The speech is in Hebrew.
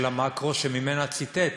של המקרו, שממנה ציטט